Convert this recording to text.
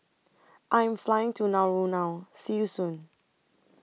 I Am Flying to Nauru now See YOU Soon